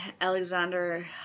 Alexander